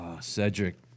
Cedric